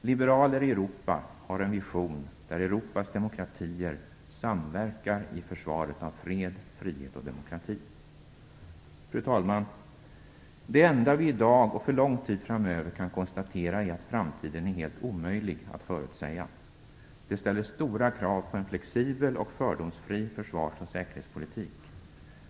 Liberaler i Europa har en vision, där Europas demokratier samverkar i försvaret av fred, frihet och demokrati. Fru talman! Det enda vi i dag, och för lång tid framöver, kan konstatera är att framtiden är helt omöjlig att förutsäga. Det ställer stora krav på en flexibel och fördomsfri försvars och säkerhetspolitik.